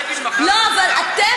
בגין מכר את המדינה?